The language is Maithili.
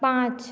पाँच